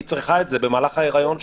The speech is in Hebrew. היא צריכה את זה במהלך ההיריון שלה.